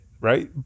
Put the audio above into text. right